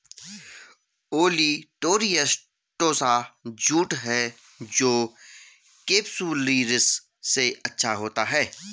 olitorius tossa jute है जो capsularis से अच्छा होता है